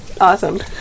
Awesome